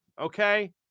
okay